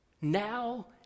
Now